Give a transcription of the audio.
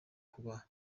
kuba